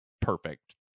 perfect